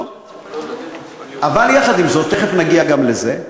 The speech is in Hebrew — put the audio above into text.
לא, אבל יחד עם זה, תכף נגיע גם לזה,